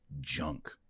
junk